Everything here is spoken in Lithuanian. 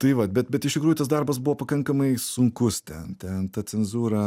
tai vat bet bet iš tikrųjų tas darbas buvo pakankamai sunkus ten ten ta cenzūra